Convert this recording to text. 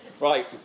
Right